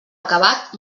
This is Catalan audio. acabat